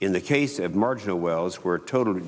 in the case of marginal wells where totally